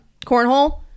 cornhole